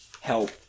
help